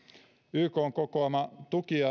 ykn kokoama